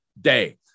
day